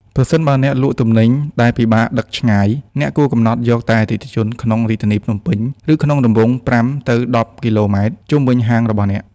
ប្រសិនបើអ្នកលក់ទំនិញដែលពិបាកដឹកឆ្ងាយ អ្នកគួរកំណត់យកតែអតិថិជនក្នុង រាជធានីភ្នំពេញ ឬក្នុង រង្វង់ ៥-១០ គីឡូម៉ែត្រ ជុំវិញហាងរបស់អ្នក។